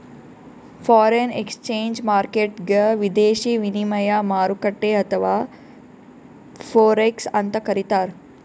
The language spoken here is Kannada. ಫಾರೆನ್ ಎಕ್ಸ್ಚೇಂಜ್ ಮಾರ್ಕೆಟ್ಗ್ ವಿದೇಶಿ ವಿನಿಮಯ ಮಾರುಕಟ್ಟೆ ಅಥವಾ ಫೋರೆಕ್ಸ್ ಅಂತ್ ಕರಿತಾರ್